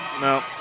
No